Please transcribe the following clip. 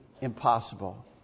impossible